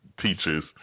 teachers